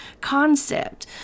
concept